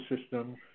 system